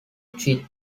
chi